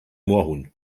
moorhuhn